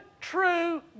true